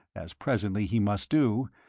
as presently he must do,